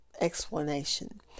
explanation